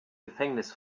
gefängnis